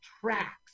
tracks